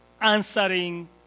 answering